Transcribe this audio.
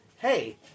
Hey